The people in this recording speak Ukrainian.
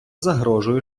загрожує